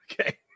okay